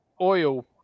oil